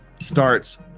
starts